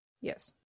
Yes